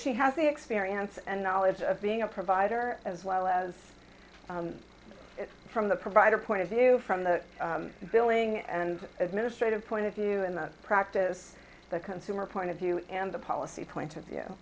she has the experience and knowledge of being a provider as well as it from the provider point of view from the billing and administrative point of view in the practice the consumer point of view and the policy point of view